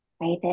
right